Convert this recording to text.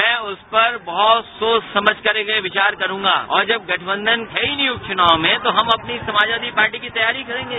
मैं उस पर बहुत सोच समझकर के विचार करूंगा और जब गठबंधन है ही नही उपकुनाव में तो हम अपनी समाजवादी पार्टी की तैयारी करेंगे